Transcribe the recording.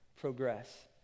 progress